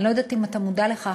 אני לא יודעת אם אתה מודע לכך,